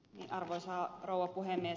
arvoisa rouva puhemies